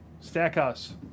Stackhouse